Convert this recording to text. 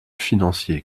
financier